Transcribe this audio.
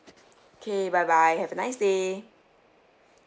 K bye bye have a nice day